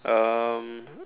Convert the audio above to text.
um